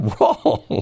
Wrong